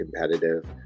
competitive